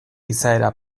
izaera